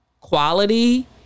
quality